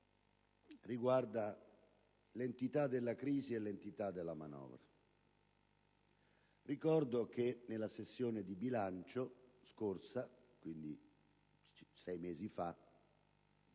riguarda l'entità della crisi e quella della manovra. Ricordo che nella scorsa sessione di bilancio, quindi sei mesi fa,